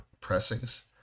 pressings